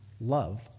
love